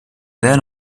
then